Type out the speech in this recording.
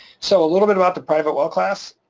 so, a little bit about the private well class.